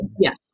Yes